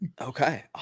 okay